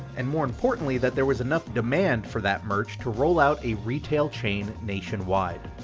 and more importantly that there was enough demand for that merch to roll out a retail chain nation-wide.